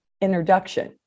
introduction